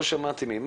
לא שמעתי ממך